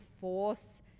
force